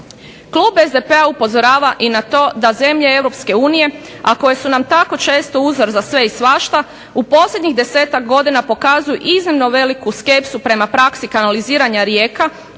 Klub SDP-a upozorava i na to da se zemlje Europske unije, a koje su nam tako često uzor za sve i svašta, u posljednjih 10-tak godina pokazuju iznimno veliku skepsu prema praksi kanaliziranja rijeka